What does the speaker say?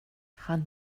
han